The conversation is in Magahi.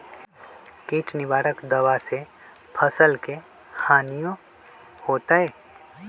किट निवारक दावा से फसल के हानियों होतै?